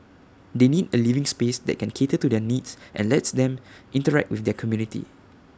they need A living space that can cater to their needs and lets them interact with their community